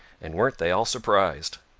and weren't they all surprised!